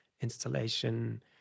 installation